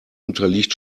unterliegt